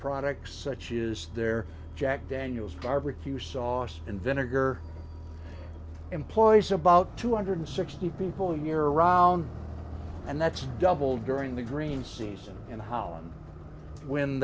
products such is their jack daniels barbecue sauce and vinegar employs about two hundred sixty people a year round and that's doubled during the green season in holland when